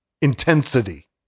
intensity